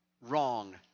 wrong